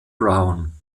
brown